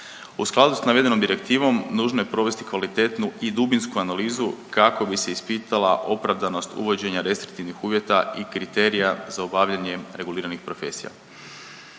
U skladu s navedenom Direktivom nužno je provesti kvalitetnu i dubinsku analizu kako bi se ispitala opravdanost uvjeta restriktivnih uvjeta i kriterija za obavljanje reguliranih profesija.